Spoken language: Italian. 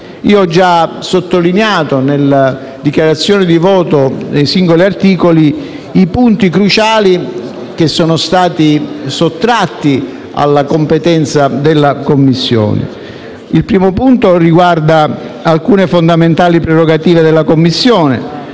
Ho già sottolineato, nella dichiarazione di voto sui singoli articoli, i punti cruciali che sono stati sottratti alla competenza della Commissione. Il primo punto riguarda alcune fondamentali prerogative della Commissione,